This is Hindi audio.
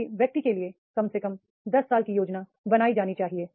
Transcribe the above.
किसी व्यक्ति के लिए कम से कम 10 साल की योजना बनाई जानी चाहिए